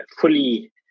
fully